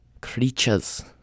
creatures